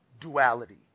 duality